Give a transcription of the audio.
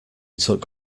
took